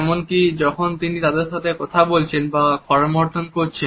এমনকি যখন তিনি তাদের সাথে কথা বলছেন বা করমর্দন করছেন